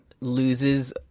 loses